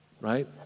right